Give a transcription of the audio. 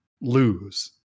lose